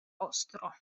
ostro